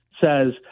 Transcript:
says –